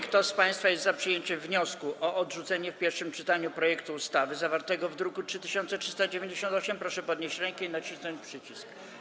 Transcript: Kto z państwa jest za przyjęciem wniosku o odrzucenie w pierwszym czytaniu projektu ustawy zawartego w druku nr 3398, proszę podnieść rękę i nacisnąć przycisk.